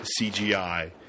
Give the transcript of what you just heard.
CGI